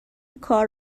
کار